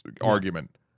argument